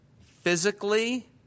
physically